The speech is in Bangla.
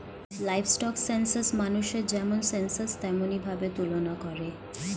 লাইভস্টক সেনসাস মানুষের যেমন সেনসাস তেমনি ভাবে তুলনা করে